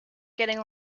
getting